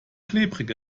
klebrig